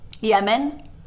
Yemen